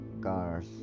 cars